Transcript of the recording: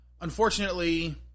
unfortunately